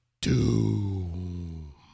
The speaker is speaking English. Doom